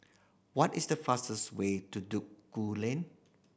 what is the fastest way to Duku Lane